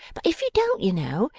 but if you don't, you know,